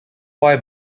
why